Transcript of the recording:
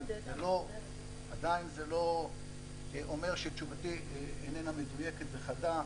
עדיין זה לא אומר שתשובתי איננה מדויקת וחדה.